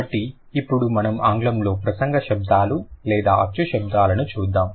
కాబట్టి ఇప్పుడు మనం ఆంగ్లంలో ప్రసంగ శబ్దాలు లేదా అచ్చు శబ్దాలను చూద్దాం